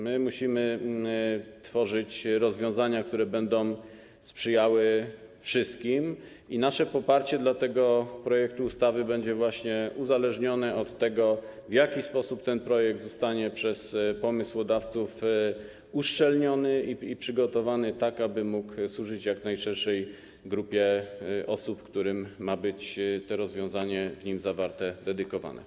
My musimy tworzyć rozwiązania, które będą sprzyjały wszystkim, i nasze poparcie dla tego projektu ustawy będzie właśnie uzależnione od tego, w jaki sposób ten projekt zostanie przez pomysłodawców uszczelniony i przygotowany, tak aby mógł służyć jak najszerszej grupie osób, którym rozwiązanie w nim zawarte ma być dedykowane.